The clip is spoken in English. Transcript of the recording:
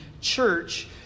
church